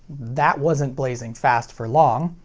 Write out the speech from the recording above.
that wasn't blazing fast for long.